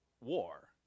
War